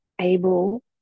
able